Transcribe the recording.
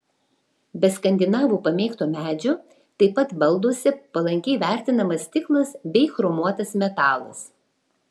be skandinavų pamėgto medžio taip pat balduose palankiai vertinamas stiklas bei chromuotas metalas